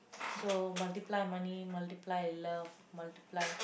so multiply money multiply love multiply